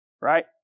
right